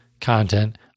content